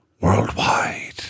worldwide